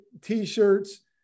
t-shirts